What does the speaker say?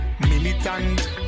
militant